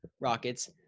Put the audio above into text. Rockets